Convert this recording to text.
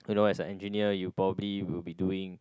you know as an engineer you probably will be doing